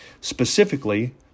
Specifically